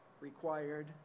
required